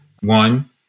One